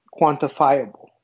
quantifiable